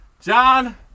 John